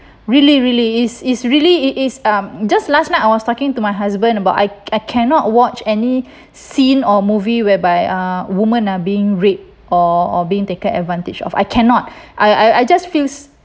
really really is really it is um just last night I was talking to my husband about I cannot watch any scene or movie whereby uh woman are being raped or being taken advantage of I cannot I I just feels